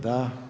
Da.